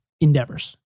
endeavors